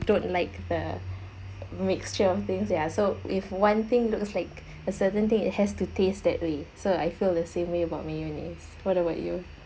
don't like the mixture of things ya so if one thing looks like a certain thing it has to taste that way so I feel the same way about mayonnaise what about you